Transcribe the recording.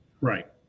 right